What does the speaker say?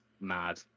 mad